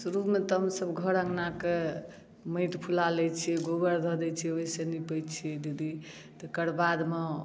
शुरूमे तऽ हमसब घर अँगनाके माटि फुला लै छियै गोबर धऽ दै छियै ओइसँ निपै छियै दीदी तकरबादमे